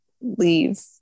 leave